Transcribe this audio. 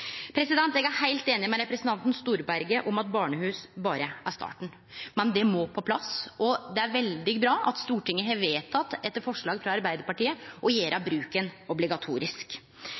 representanten Storberget i at barnehus berre er starten, men det må på plass, og det er veldig bra at Stortinget har vedteke – etter forslag frå Arbeidarpartiet – å gjere bruken obligatorisk.